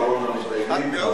אחרון המתדיינים,